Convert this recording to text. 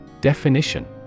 Definition